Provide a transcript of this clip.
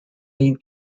lead